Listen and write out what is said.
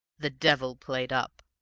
the devil played up,